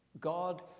God